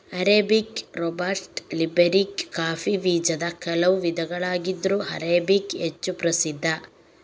arabica, robusta, liberica coffee ಬೀಜದ ಕೆಲವು ವಿಧಗಳಾಗಿದ್ರೂ ಅರೇಬಿಕಾ ಹೆಚ್ಚು ಪ್ರಸಿದ್ಧ